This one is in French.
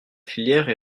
filière